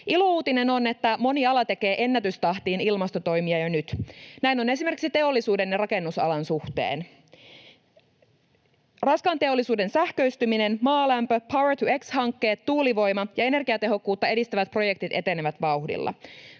Ilouutinen on, että moni ala tekee ilmastotoimia ennätystahtiin jo nyt. Näin on esimerkiksi teollisuuden ja rakennusalan suhteen. Raskaan teollisuuden sähköistyminen, maalämpö, power-to-x-hankkeet, tuulivoima ja energiatehokkuutta edistävät projektit etenevät vauhdilla.